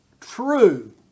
true